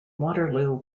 waterloo